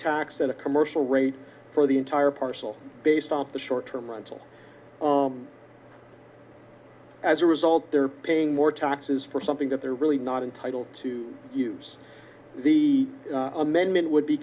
a commercial rate for the entire parcel based on the short term rental as a result they're paying more taxes for something that they're really not entitled to use the amendment would be